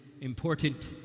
important